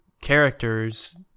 characters